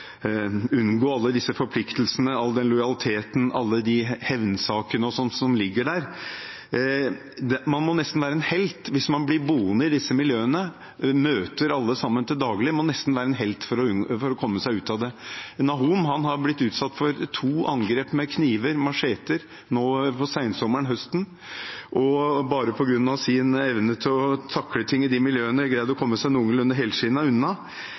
unngå alle disse forpliktelsene, all den lojaliteten, alle de hevnsakene og sånt som ligger der. Man må nesten være en helt for å komme seg ut av det hvis man blir boende i disse miljøene og møter alle sammen til daglig. Nahom har blitt utsatt for to angrep med kniver, macheter, nå på sensommeren/høsten, og bare på grunn av sin evne til å takle ting i de miljøene har han greid å komme seg noenlunde helskinnet unna.